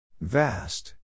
Vast